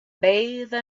bathe